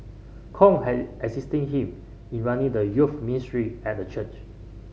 Kong had assisted him in running the youth ministry at the church